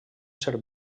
ser